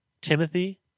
Timothy